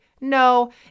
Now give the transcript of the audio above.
No